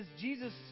Jesus